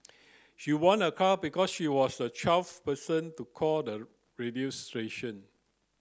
she won a car because she was the twelfth person to call the radio station